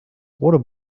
water